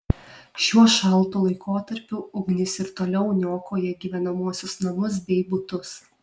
šiuo šaltu laikotarpiu ugnis ir toliau niokoja gyvenamuosius namus bei butus